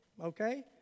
okay